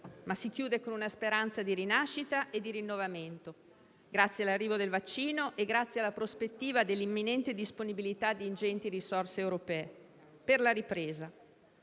ma si chiude con una speranza di rinascita e di rinnovamento, grazie all'arrivo del vaccino e alla prospettiva dell'imminente disponibilità di ingenti risorse europee per la ripresa.